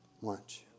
Watch